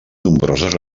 nombroses